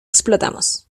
explotamos